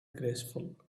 graceful